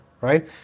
right